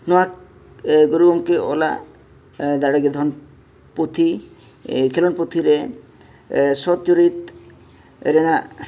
ᱱᱚᱣᱟ ᱜᱩᱨᱩ ᱜᱚᱢᱠᱮ ᱚᱞᱟᱜ ᱫᱟᱲᱮ ᱜᱮ ᱫᱷᱚᱱ ᱯᱩᱛᱷᱤ ᱠᱷᱮᱞᱳᱰ ᱯᱩᱛᱷᱤᱨᱮ ᱥᱚᱛ ᱪᱩᱨᱤᱛ ᱨᱮᱱᱟᱜ